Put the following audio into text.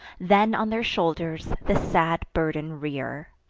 then on their shoulders the sad burden rear.